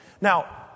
Now